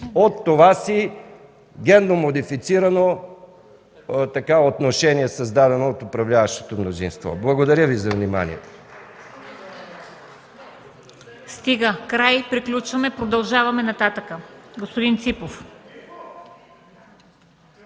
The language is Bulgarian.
от това си генно модифицирано отношение, създадено от управляващото мнозинство. Благодаря Ви за вниманието.